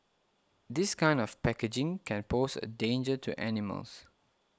this kind of packaging can pose a danger to animals